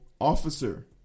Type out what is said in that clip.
officer